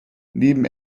neben